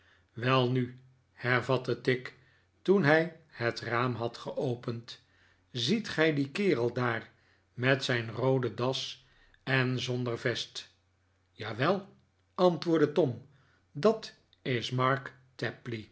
welnu hervatte tigg toen hij net raam had geopend ziet gij dien kerel daar met zijn roode das en zonder vest jawel antwoordde tom dat is